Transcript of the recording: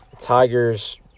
Tigers